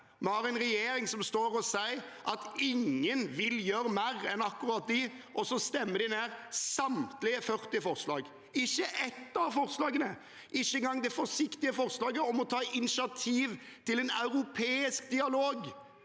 Vi har en regjering som står og sier at ingen vil gjøre mer enn akkurat dem, og så stemmer de ned samtlige 40 forslag. Ikke ett av forslagene, ikke engang det forsiktige forslaget om å ta initiativ til en europeisk dialog